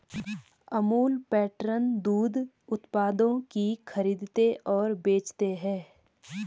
Amul pattern दूध उत्पादों की खरीदते और बेचते है